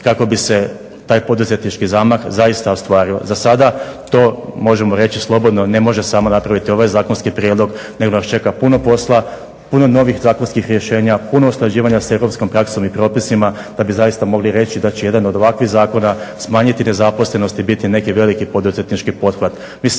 kako bi se taj poduzetnički zamah zaista ostvario. Zasada to možemo reći slobodno ne može samo napraviti ovaj zakonski prijedlog nego nas čeka puno posla, puno novih zakonskih rješenja, puno usklađivanja s europskom praksom i propisima da bi zaista mogli reći da će jedan od ovakvih zakona smanjiti nezaposlenost i biti neki veliki poduzetnički pothvat.